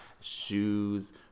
shoes